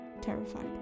terrified